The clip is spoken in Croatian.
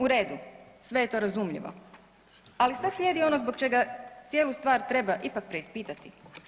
U redu, sve je to razumljivo, ali sad slijedi ono zbog čega cijelu stvar treba ipak preispitati.